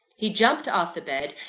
he jumped off the bed,